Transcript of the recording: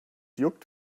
juckt